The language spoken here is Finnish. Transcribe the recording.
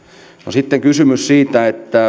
sitten kysymys siitä